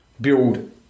build